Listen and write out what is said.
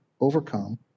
Overcome